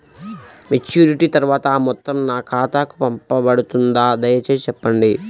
Maturity తర్వాత ఆ మొత్తం నా ఖాతాకు పంపబడుతుందా? దయచేసి చెప్పండి?